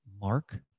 mark